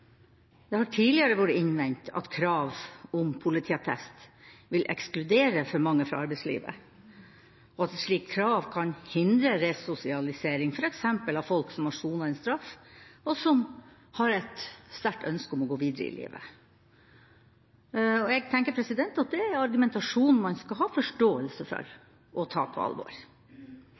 Det har tidligere vært innvendt at krav om politiattest vil ekskludere for mange fra arbeidslivet, og at et slikt krav kan hindre resosialisering f.eks. av folk som har sonet en straff, og som har et sterkt ønske om å gå videre i livet. Jeg tenker at det er argumentasjon man skal ha forståelse for og ta på alvor.